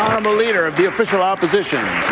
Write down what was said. um leader of the official opposition